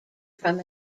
from